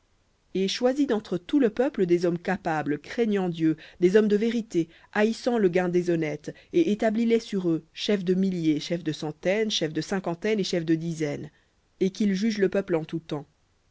et choisis d'entre tout le peuple des hommes capables craignant dieu des hommes de vérité haïssant le gain déshonnête et établis les sur eux chefs de milliers chefs de centaines chefs de cinquantaines et chefs de dizaines et qu'ils jugent le peuple en tout temps